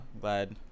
glad